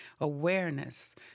awareness